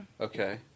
Okay